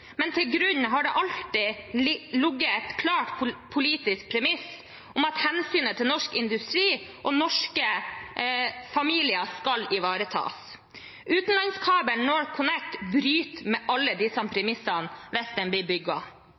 men til grunn har det alltid ligget et klart politisk premiss om at hensynet til norsk industri og norske familier skal ivaretas. Utenlandskabelen NorthConnect bryter med alle disse premissene hvis den blir